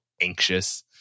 anxious